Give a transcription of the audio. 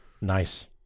nice